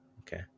Okay